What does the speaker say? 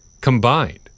combined